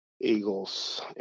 Eagles